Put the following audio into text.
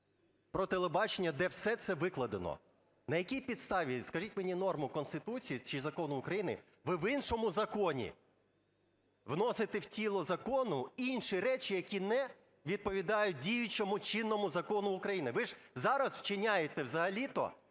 про телебачення, де все це викладено. На якій підставі, скажіть мені норму Конституції чи закону України ви в іншому законі вносите в тіло закону інші речі, які не відповідають діючому чинному закону України? Ви ж зараз вчиняєте взагалі-то